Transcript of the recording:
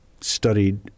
studied